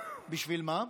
בשביל מה?